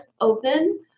open